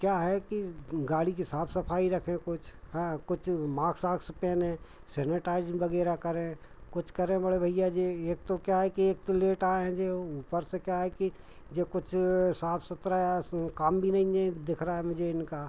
क्या है कि गाड़ी की साफ़ सफ़ाई रखे कुछ हाँ कुछ माक्स आक्स पहनें सेनेटाइजिंग वग़ैरह करें कुछ करें बड़े भैया जे एक तो क्या है कि एक तो लेट आए हैं जे ऊपर से क्या है कि जे कुछ साफ सुथरा ऐसा काम भी नहीं है दिख रहा है मुझे इनका